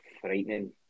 frightening